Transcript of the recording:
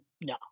No